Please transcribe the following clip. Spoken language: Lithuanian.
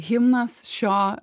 himnas šio